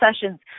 sessions